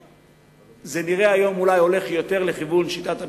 היום זה נראה אולי הולך יותר לשיטת BOT,